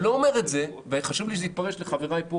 אני לא אומר את זה וחשוב לי שלא כך זה יתפרש בקרב חבריי פה